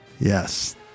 yes